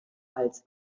als